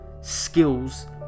skills